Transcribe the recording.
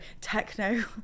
techno